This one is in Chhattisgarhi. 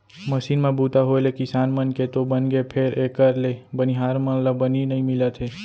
मसीन म बूता होय ले किसान मन के तो बनगे फेर एकर ले बनिहार मन ला बनी नइ मिलत हे